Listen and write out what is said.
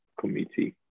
committee